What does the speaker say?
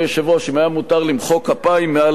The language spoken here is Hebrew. אם היה מותר למחוא כפיים מעל הדוכן,